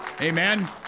amen